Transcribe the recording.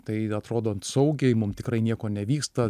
tai atrodo saugiai mum tikrai nieko nevyksta